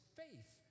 faith